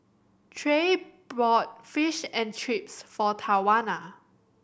Trey bought Fish and Chips for Tawana